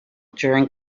during